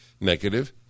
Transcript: negative